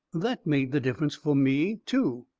that made the difference fur me, too.